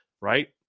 right